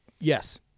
yes